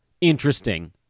interesting